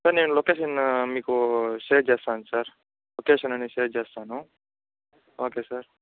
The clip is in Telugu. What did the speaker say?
సార్ నేను లొకేషన్ మీకు షేర్ చేస్తాను సార్ లొకేషన్ అనేది షేర్ చేస్తాను ఓకే సార్